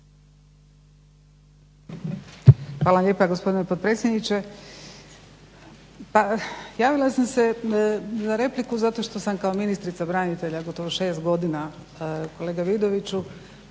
Hvala lijepa gospodine potpredsjedniče. Pa javila sam se na repliku zato što sam kao ministrica branitelja gotovo 6 godina kolega Vidoviću